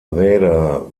räder